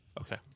Okay